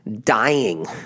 dying